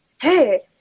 hey